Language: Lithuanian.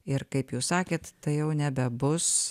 ir kaip jūs sakėt tai jau nebebus